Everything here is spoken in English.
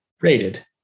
rated